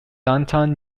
downtown